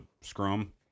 scrum